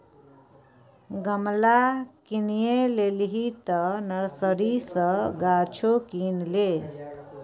गमला किनिये लेलही तँ नर्सरी सँ गाछो किन ले